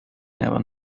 ever